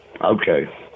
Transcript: Okay